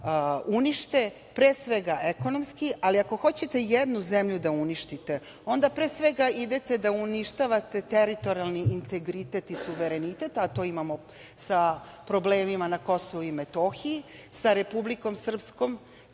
unište, pre svega ekonomski. Ako hoćete jednu zemlju da uništite, onda idete da uništavate teritorijalni integritet i suverenitet, a to imamo sa problemima na KiM, sa Republikom Srpskom,